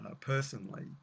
personally